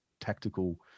tactical